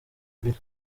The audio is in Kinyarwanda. mbiri